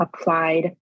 applied